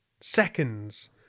seconds